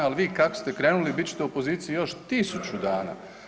Al vi kako ste krenuli bit ćete u opoziciji još 1000 dana.